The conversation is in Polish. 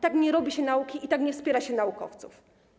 Tak nie robi się nauki i tak nie wspiera się naukowców.